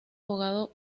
abogado